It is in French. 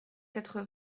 quatre